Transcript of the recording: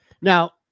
Now